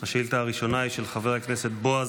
השאילתה הראשונה היא של חבר הכנסת בועז